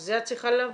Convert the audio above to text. אז זה את צריכה להביא.